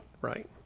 right